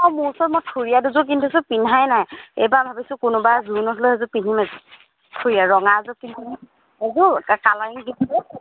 অঁ মোৰ ওচৰত মই থুৰিয়া দুযোৰ কিনি থৈছোঁ পিন্ধাই নাই এইবাৰ ভাবিছোঁ কোনোবা জোৰোণত হ'লেও সেইযোৰ পিন্ধিম এযোৰ থুৰীয়া ৰঙা এযোৰ পিন্ধিম এযোৰ আৰু কালাৰিং